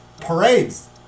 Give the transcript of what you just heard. parades